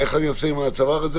שהגיע אתמול לאחר ישיבת הקבינט,